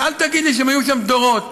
אז אל תגיד לי שהיו שם דורות.